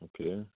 Okay